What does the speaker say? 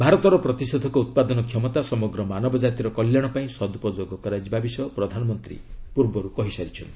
ଭାରତର ପ୍ରତିଷେଧକ ଉତ୍ପାଦନ କ୍ଷମତା ସମଗ୍ର ମାନବ ଜାତିର କଲ୍ୟାଣ ପାଇଁ ସଦୁପଯୋଗ କରାଯିବା ବିଷୟ ପ୍ରଧାନମନ୍ତ୍ରୀ କହିସାରିଛନ୍ତି